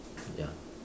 ya